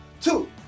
Two